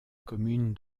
commune